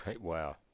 Wow